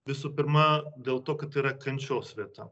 visų pirma dėl to kad tai yra kančios vieta